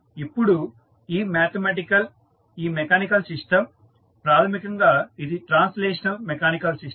ఇప్పుడు ఈ మ్యాథమెటికల్ ఈ మెకానికల్ సిస్టం ప్రాథమికంగా ఇది ట్రాన్స్లేషనల్ మెకానికల్ సిస్టం